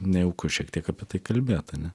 nejauku šiek tiek apie tai kalbėt ane